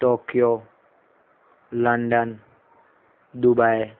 Tokyo London Dubai